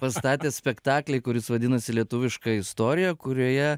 pastatęs spektaklį kuris vadinasi lietuviška istorija kurioje